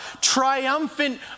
triumphant